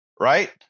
right